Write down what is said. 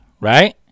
Right